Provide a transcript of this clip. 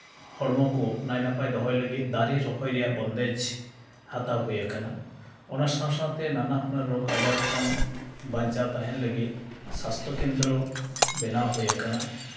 ᱦᱚᱲᱢᱚ ᱠᱚ ᱱᱟᱭᱼᱱᱟᱯᱟᱭ ᱫᱚᱦᱚᱭ ᱞᱟᱹᱜᱤᱫ ᱫᱟᱨᱮ ᱨᱚᱦᱚᱭ ᱨᱮᱭᱟᱜ ᱵᱚᱱᱫᱮᱡ ᱦᱟᱛᱟᱣ ᱦᱩᱭᱟᱠᱟᱱᱟ ᱚᱱᱟ ᱥᱟᱶ ᱥᱟᱶ ᱛᱮ ᱱᱟᱱᱟᱦᱩᱱᱟᱹᱨ ᱨᱳᱜᱽ ᱟᱡᱟᱨ ᱠᱷᱚᱱ ᱵᱟᱧᱪᱟᱣ ᱛᱟᱦᱮᱱ ᱞᱟᱹᱜᱤᱫ ᱥᱟᱥᱛᱷᱚ ᱠᱮᱱᱫᱨᱚ ᱵᱮᱱᱟᱣ ᱦᱩᱭᱟᱠᱟᱱᱟ